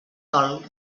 dol